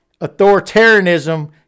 authoritarianism